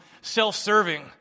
self-serving